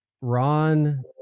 ron